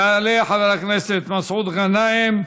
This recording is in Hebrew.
יעלה חבר הכנסת מסעוד גנאים,